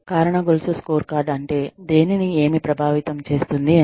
కారణ గొలుసు స్కోర్కార్డ్ అంటే దేనిని ఏమి ప్రభావితం చేస్తుంది అని